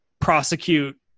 prosecute